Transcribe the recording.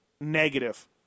negative